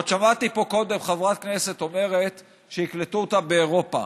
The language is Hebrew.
עוד שמעתי פה קודם חברת כנסת אומרת: שיקלטו אותם באירופה.